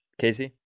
Casey